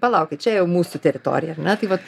palaukit čia jau mūsų teritorija ar ne tai vat